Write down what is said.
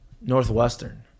Northwestern